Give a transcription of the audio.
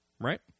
Right